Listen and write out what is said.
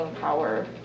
power